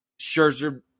Scherzer